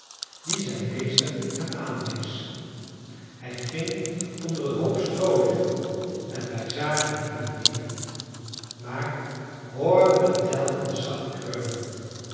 dien zijn meester hem aanwees hij ging onder een hoop stroo liggen en wij zagen hem niet meer maar hoorden hem telkens zacht kreunen